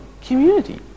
community